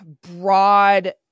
broad